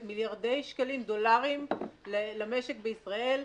אלה מיליארדי דולרים למשק בישראל.